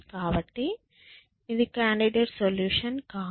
కాబట్టి అది candidate solution కాదు